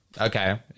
okay